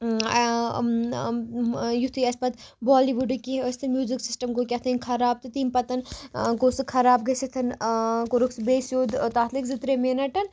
یُتھٕے اَسہِ پَتہٕ بالی وُڑٕکۍ یہِ ٲسۍ تہٕ میوزِک سِسٹَم گوٚو کٮ۪تھانۍ خراب تہٕ تَمہِ پَتہٕ گوٚو سُہ خراب گٔژِتھ کورُکھ سُہ بیٚیہِ سٮ۪ود تَتھ لٔگۍ زٕ ترٛےٚ مِنَٹ